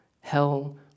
hell